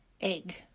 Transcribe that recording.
egg